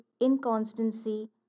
inconstancy